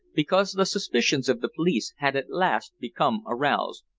because the suspicions of the police had at last become aroused.